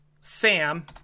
Sam